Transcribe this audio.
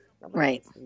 Right